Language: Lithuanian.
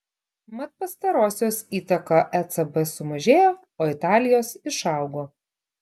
mat pastarosios įtaka ecb sumažėjo o italijos išaugo